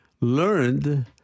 learned